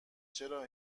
چرا